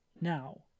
now